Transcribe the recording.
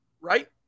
Right